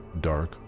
dark